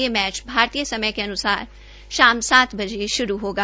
यह मैच भारतीय समय के अन्सार शाम सात बजे शुरू होगा